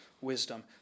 Wisdom